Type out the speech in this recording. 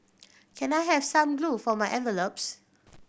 can I have some glue for my envelopes